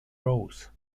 rose